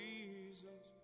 Jesus